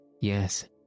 Yes